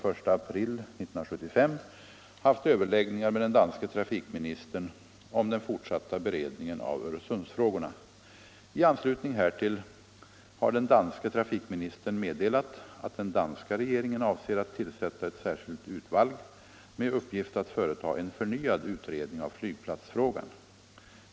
företa en förnyad utredning av flygplatsfrågan.